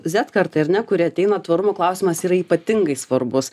zet karta ir ne kurie ateina tvarumo klausimas yra ypatingai svarbus